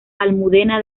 almudena